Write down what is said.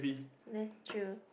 that's true